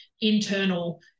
internal